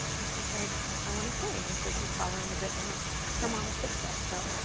and she's like, i want to sing. and so she's following a bit in her her mom's footsteps, so. gosh,